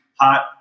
Hot